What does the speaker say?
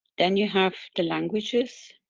then you have the languages,